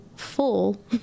full